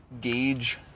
gauge